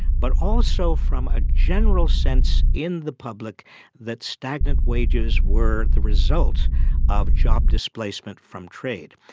but also from a general sense in the public that stagnant wages were the result of job displacement from trade.